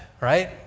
right